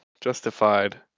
Justified